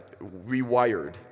rewired